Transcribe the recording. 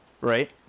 right